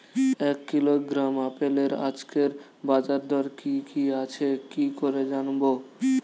এক কিলোগ্রাম আপেলের আজকের বাজার দর কি কি আছে কি করে জানবো?